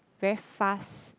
very fast